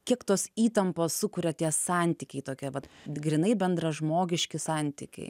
kiek tos įtampos sukuria tie santykiai tokie vat grynai bendražmogiški santykiai